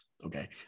Okay